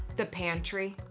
the pantry,